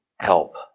help